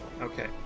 Okay